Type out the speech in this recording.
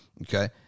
Okay